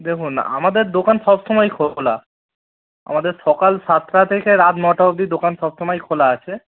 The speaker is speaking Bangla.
দেখুন আমাদের দোকান সব সময় খোলা আমাদের সকাল সাতটা থেকে রাত নটা অব্দি দোকান সব সময় খোলা আছে